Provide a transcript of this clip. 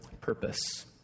purpose